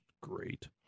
great